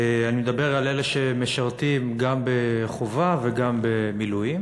אני מדבר על אלה שמשרתים גם בחובה וגם במילואים.